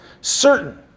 certain